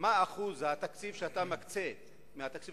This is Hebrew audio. מה שיעור התקציב שאתה מקצה מהתקציב